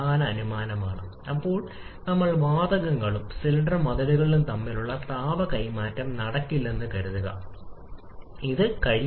വികസനം നടക്കുമ്പോൾ താപനില കുറയുമ്പോൾ താപനില ഇപ്പോൾ കുറയുന്നു കെ വർദ്ധിക്കുന്നതിനനുസരിച്ച് സിവിയും കുറയുന്നു